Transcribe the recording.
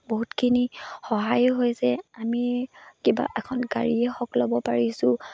বহুতখিনি সহায়ো হৈছে আমি কিবা এখন গাড়ীয়ে হওক ল'ব পাৰিছোঁ